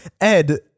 Ed